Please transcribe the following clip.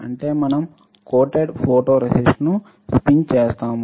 అంటే మనం కోటెడ్ ఫోటోరేసిస్ట్ను స్పిన్ చేస్తాము